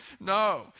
no